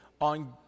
on